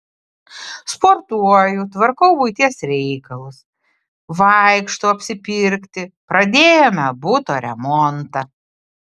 sportuoju tvarkau buities reikalus vaikštau apsipirkti pradėjome buto remontą